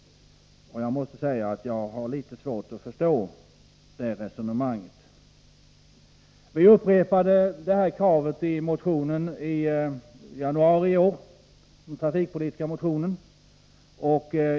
Jag har faktiskt litet svårt att förstå det resonemanget. I vår trafikpolitiska motion i januari i år upprepade vi vårt krav.